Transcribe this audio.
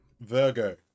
Virgo